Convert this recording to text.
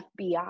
FBI